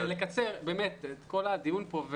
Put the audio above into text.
לקצר את כל הדיון פה.